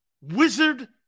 wizard